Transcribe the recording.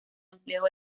empleo